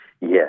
Yes